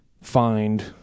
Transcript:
find